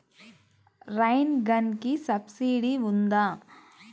Rain గన్కి subsidy ఉందా?